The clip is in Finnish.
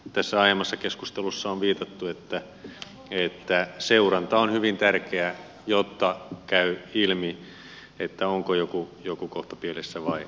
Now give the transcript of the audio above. tässä aiemmassa keskustelussa on viitattu siihen että seuranta on hyvin tärkeää jotta käy ilmi onko joku kohta pielessä vai ei